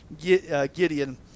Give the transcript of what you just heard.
Gideon